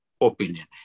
opinion